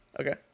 Okay